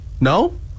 No